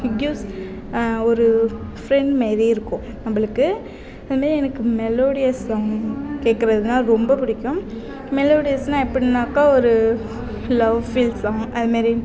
gives ஒரு friend மாரி இருக்கும் நம்மளுக்கு அது மாரி எனக்கு மெலோடியஸ் சாங் கேட்குறதுனா ரொம்ப பிடிக்கும் மெலோடியஸ்னால் எப்படினாக்கா ஒரு லவ் ஃபீல் சாங் அது மாரி